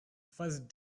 first